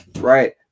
Right